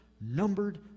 numbered